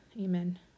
Amen